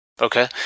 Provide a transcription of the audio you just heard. Okay